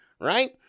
right